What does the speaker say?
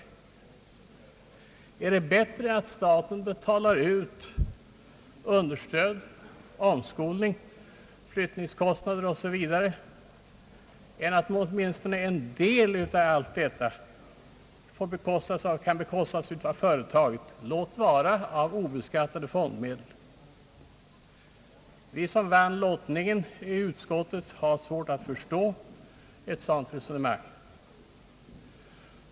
Är det bättre att staten betalar understöd, omskolning, flyttningskostnader osv. än att åtminstone en del av allt detta bekostas av företaget, låt vara med obeskattade fondmedel? Vi som vann lotten i utskottet har svårt att förstå ett sådant resonemang.